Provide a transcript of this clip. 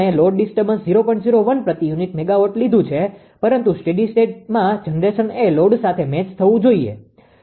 01 પ્રતિ unit megawatt લીધું છે પરંતુ સ્ટેડી સ્ટેટમાં જનરેશન એ લોડ સાથે મેચ થવું જોઈએ